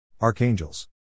Archangels